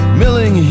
milling